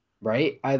Right